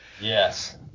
Yes